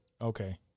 okay